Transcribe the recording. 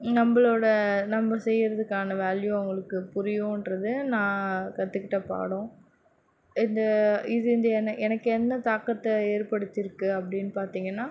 நம்மளோட நம்ம செய்கிறதுக்கான வேல்யூ அவங்களுக்கு புரியுகிறது நான் கற்றுக்கிட்ட பாடம் இது இது வந்து என எனக்கு எந்த தாக்கத்தை ஏற்படுத்தி இருக்குது அப்படின்னு பார்த்திங்கனா